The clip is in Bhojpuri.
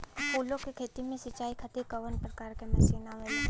फूलो के खेती में सीचाई खातीर कवन प्रकार के मशीन आवेला?